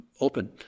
open